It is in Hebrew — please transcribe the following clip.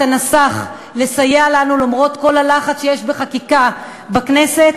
הנסח לסייע לנו למרות כל הלחץ שיש בחקיקה בכנסת,